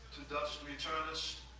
to dust returnest,